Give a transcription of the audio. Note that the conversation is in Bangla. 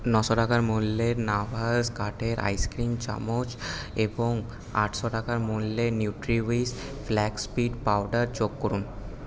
নশো টাকার মূল্যের নাভাস কাঠের আইসক্রিম চামচ এবং আটশো টাকার মূল্যের নিউট্রিউইশ ফ্ল্যাক্স স্পিড পাউডার যোগ করুন